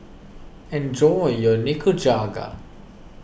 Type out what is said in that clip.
enjoy your Nikujaga